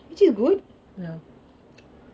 which is good